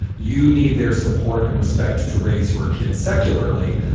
you need their support and respect to raise your kids secularly.